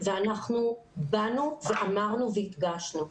ואנחנו באנו ואמרנו והדגשנו,